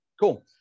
cool